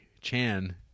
Chan